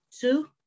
Two